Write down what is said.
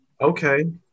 Okay